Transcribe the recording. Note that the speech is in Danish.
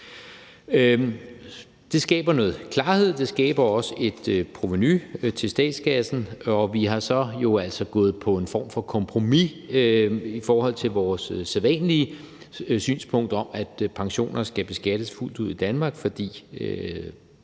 Det skaber noget klarhed, og det skaber også et provenu til statskassen. Og vi er så gået på en form for kompromis i forhold til vores sædvanlige synspunkt om, at pensioner skal beskattes fuldt ud i Danmark, fordi